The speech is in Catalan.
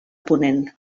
ponent